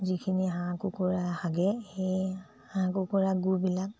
যিখিনি হাঁহ কুকুৰা হাগে সেই হাঁহ কুকুৰা গুবিলাক